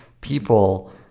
people